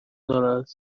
دارد